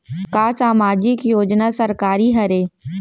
का सामाजिक योजना सरकारी हरे?